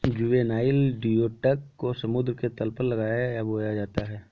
juvenile geoduck को समुद्र के तल पर लगाया है या बोया जाता है